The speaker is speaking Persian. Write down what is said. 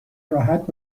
راحت